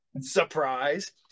surprise